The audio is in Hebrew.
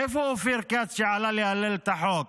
איפה אופיר כץ, שעלה להלל את החוק?